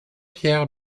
pierre